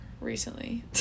recently